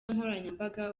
nkoranyambaga